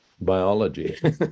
biology